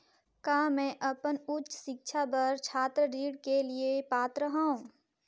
का मैं अपन उच्च शिक्षा बर छात्र ऋण के लिए पात्र हंव?